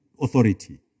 authority